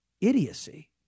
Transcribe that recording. Idiocy